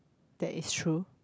that is true